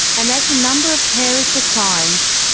and as the number of carers declines,